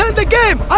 the game.